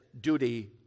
duty